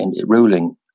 ruling